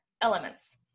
elements